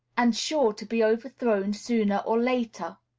and sure to be overthrown sooner or later.